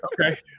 Okay